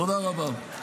תודה רבה.